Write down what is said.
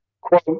quote